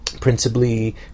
principally